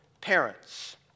parents